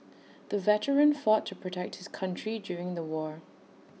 the veteran fought to protect his country during the war